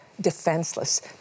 defenseless